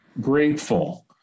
grateful